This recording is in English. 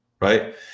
right